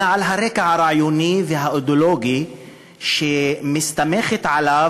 אלא על הרקע הרעיוני והאידיאולוגי שמסתמכת עליו